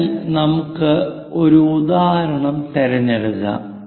അതിനാൽ നമുക്ക് ഒരു ഉദാഹരണം തിരഞ്ഞെടുക്കാം